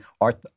art